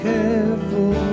careful